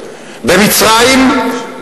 במצרים,